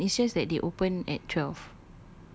ya and it's just that they open at twelve